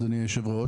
אדוני היושב-ראש,